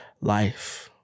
life